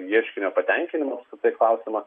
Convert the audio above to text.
ieškinio patenkinimą tiktai klausimą